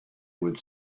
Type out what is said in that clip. would